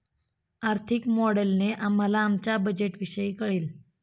आर्थिक मॉडेलने आम्हाला आमच्या बजेटविषयी कळेल